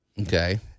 Okay